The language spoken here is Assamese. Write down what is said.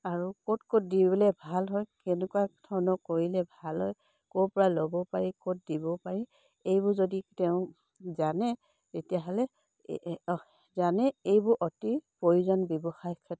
আৰু ক'ত ক'ত দিবলে ভাল হয় কেনেকুৱা ধৰণৰ কৰিলে ভাল হয় ক'ৰ পৰা ল'ব পাৰি ক'ত দিব পাৰি এইবোৰ যদি তেওঁ জানে তেতিয়াহ'লে জানে এইবোৰ অতি প্ৰয়োজন ব্যৱসায় ক্ষেত্ৰত